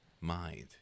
mind